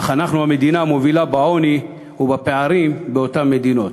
אך אנחנו המדינה המובילה בעוני ובפערים בין אותן מדינות,